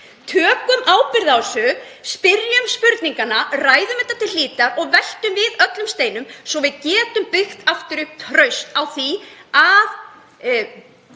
Tökum ábyrgð á þessu. Spyrjum spurninganna, ræðum þetta til hlítar og veltum við öllum steinum svo við getum byggt aftur upp traust á því að